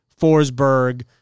Forsberg